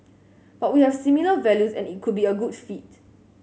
but we have similar values and it could be a good fit